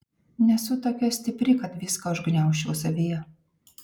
nesu tokia stipri kad viską užgniaužčiau savyje